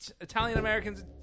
Italian-Americans